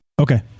Okay